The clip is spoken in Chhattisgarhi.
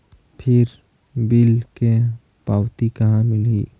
फिर बिल के पावती कहा मिलही?